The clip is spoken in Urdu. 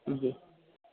جی